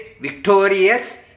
victorious